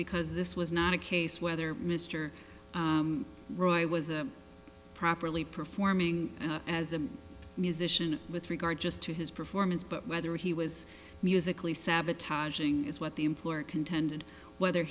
because this was not a case whether mister roy was a properly performing as a musician with regard just to his performance but whether he was musically sabotaging is what the employer contend and whether